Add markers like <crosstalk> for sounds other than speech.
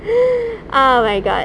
<breath> ah my god